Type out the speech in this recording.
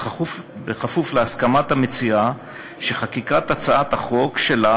בכפוף להסכמת המציעה שחקיקת הצעת החוק שלה